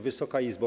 Wysoka Izbo!